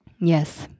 Yes